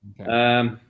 Okay